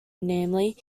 namely